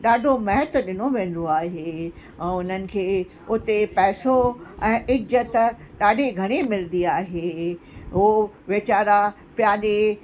ॾाढो महत्व ॾिनो वेंदो आहे ऐं उन्हनि खे उते पैसो ऐं इज़त ॾाढी घणी मिलंदी आहे हो विचारा प्यादे